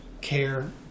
care